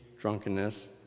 drunkenness